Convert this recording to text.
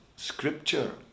Scripture